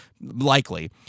Likely